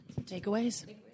takeaways